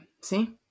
See